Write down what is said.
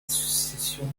associations